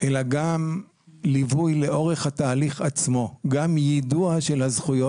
אלא גם ליווי לאורך התהליך עצמו וגם יידוע של הזכויות.